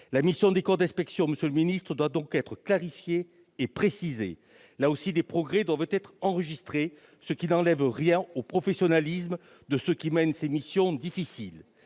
la mission des corps d'inspection doit donc être clarifiée et précisée. Là aussi, des progrès doivent être accomplis, ce qui n'enlève rien au professionnalisme de ceux qui mènent ces missions difficiles.